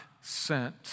sent